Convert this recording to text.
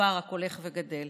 והפער רק הולך וגדל.